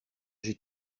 j’ai